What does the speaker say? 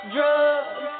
Drugs